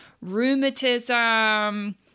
rheumatism